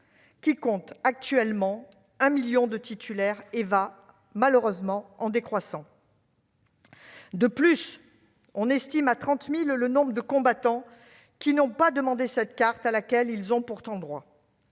qui compte actuellement un million de titulaires, un chiffre qui va malheureusement en décroissant. De plus, on estime à 30 000 le nombre de combattants qui n'ont pas demandé cette carte à laquelle ils ont pourtant droit.